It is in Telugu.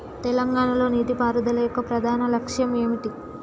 తెలంగాణ లో నీటిపారుదల యొక్క ప్రధాన లక్ష్యం ఏమిటి?